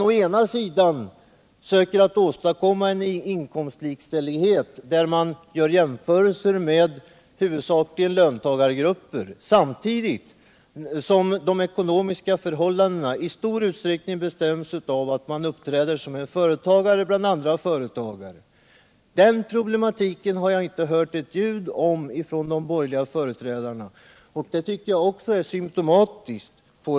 Å ena sidan söker man åstadkomma en inkomstlikställighet, där man gör jämförelser med huvudsakligen löntagargrupper, samtidigt som de ekonomiska förhållandena i stor utsträckning bestäms av att man uppträder som en företagare bland andra företagare. Problematiken på den punkten har jag däremot inte hört ett ljud om från de borgerliga företrädarna, och det tycker jag också är symtomatiskt.